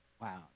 Wow